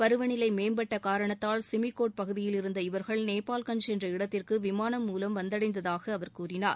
பருவநிலை மேம்பட்ட காரணத்தால் சிமிக்கோட் பகுதியில் இருந்த இவர்கள் நேபாள்கஞ்ச் என்ற இடத்திற்கு விமானம் மூலம் வந்தடைந்ததாக அவர் கூறினார்